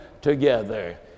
together